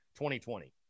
2020